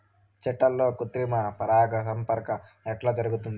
చెట్లల్లో కృత్రిమ పరాగ సంపర్కం ఎట్లా జరుగుతుంది?